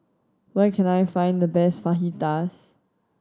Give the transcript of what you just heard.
where can I find the best Fajitas